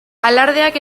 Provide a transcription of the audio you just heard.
alardeak